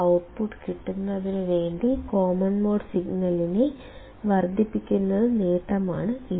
output കിട്ടുന്നതിനുവേണ്ടി common mode സിഗ്നലിനെ വർദ്ധിപ്പിക്കുന്ന നേട്ടമാണ് ഇത്